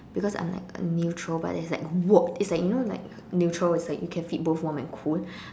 because I am like a neutral but it's like warm it's like you know like neutral is like you can fit both warm and cool